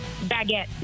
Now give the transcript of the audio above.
Baguette